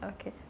Okay